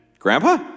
Grandpa